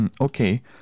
Okay